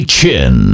Chin